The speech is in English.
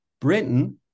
Britain